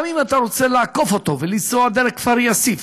אם אתה רוצה לעקוף אותו ולנסוע דרך כפר-יאסיף,